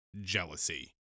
jealousy